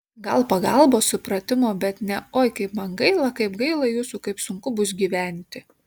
gal pagalbos supratimo bet ne oi kaip man gaila kaip gaila jūsų kaip sunku bus gyventi